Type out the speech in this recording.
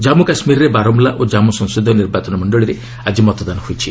ଜାନ୍ମୁ କାଶ୍ମୀରରେ ବାରମୁଲା ଓ ଜାନ୍ମୁ ସଂସଦୀୟ ନିର୍ବାଚନ ମଣ୍ଡଳୀରେ ଆଜି ମତଦାନ ହୋଇଛି